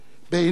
בעיני,